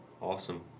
Awesome